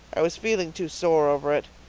i was feeling too sore over it.